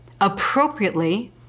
appropriately